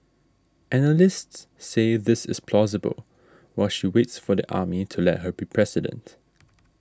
analysts say this is plausible while she waits for the army to let her be president